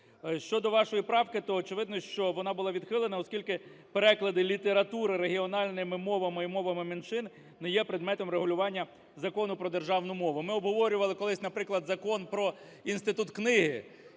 Щодо вашої правки, то, очевидно, що вона була відхилена, оскільки переклади літератури регіональними мовами і мовами меншин не є предметом регулювання Закону про державну мову. Ми обговорювали колись, наприклад, Закон про Інститут книги